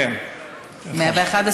כן, נכון.